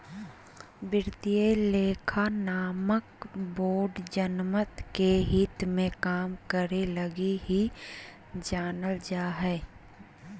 वित्तीय लेखा मानक बोर्ड जनमत के हित मे काम करे लगी ही जानल जा हय